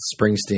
springsteen